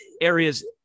areas